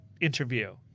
interview